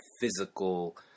physical